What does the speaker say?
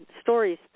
stories